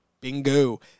Bingo